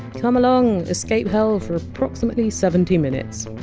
come along, escape hell for approximately seventy minutes.